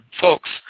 folks